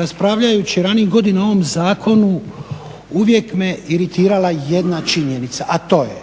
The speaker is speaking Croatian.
Raspravljajući ranijih godina o ovom zakonu uvijek me iritirala jedna činjenica, a to je